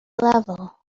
level